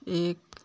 एक